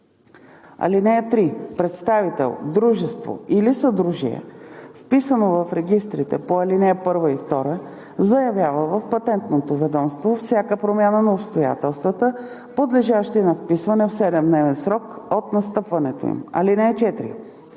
(3) Представител, дружество или съдружие, вписано в регистрите по ал. 1 и 2, заявява в Патентното ведомство всяка промяна в обстоятелствата, подлежащи на вписване в 7-дневен срок от настъпването им. (4)